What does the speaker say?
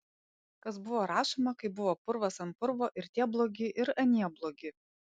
kas buvo rašoma kai buvo purvas ant purvo ir tie blogi ir anie blogi